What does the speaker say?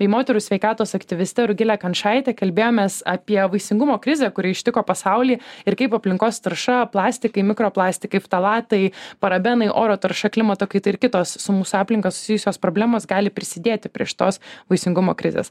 į moterų sveikatos aktyviste rugilė kančaitė kalbėjomės apie vaisingumo krizę kuri ištiko pasaulį ir kaip aplinkos tarša plastikai mikroplastikai ftalatai parabenai oro tarša klimato kaita ir kitos su mūsų aplinka susijusios problemos gali prisidėti prie šitos vaisingumo krizės